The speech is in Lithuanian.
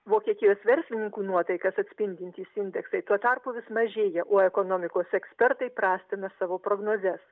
vokietijos verslininkų nuotaikas atspindintys indeksai tuo tarpu vis mažėja o ekonomikos ekspertai prastina savo prognozes